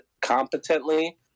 competently